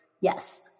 yes